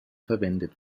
verwendet